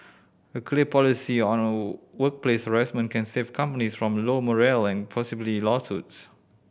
a clear policy on workplace harassment can save companies from low morale and possibly lawsuits